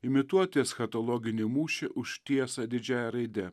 imituoti eschatologinį mūšį už tiesą didžiąja raide